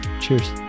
Cheers